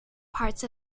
parts